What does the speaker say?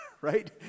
right